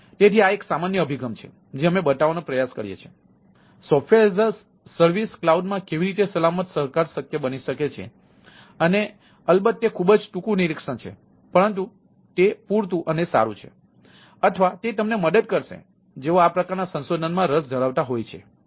તેથી આ એક સામાન્ય અભિગમ છે જે અમે બતાવવાનો પ્રયાસ કરીએ છીએ SaaS ક્લાઉડમાં કેવી રીતે સલામત સહકાર શક્ય બની શકે છે અને અલબત્ત તે ખૂબ જ ટૂંકું નિરીક્ષણ છે પરંતુ તે પૂરતું સારું છે અથવા તે તેમને મદદ કરશે જેઓ આ પ્રકારના સંશોધન માં રસ ધરાવતા હોય છે